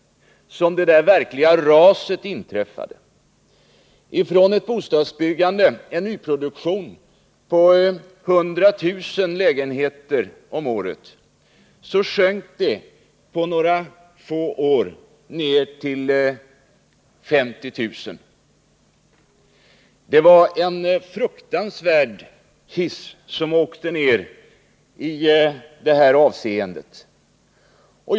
Det var då som det där verkliga raset inträffade. Från en nyproduktion på ca 100 000 lägenheter om året sjönk antalet på några få år ned mot 50 000. Man kan beskriva det som en förfärligt snabb hissfärd nedåt.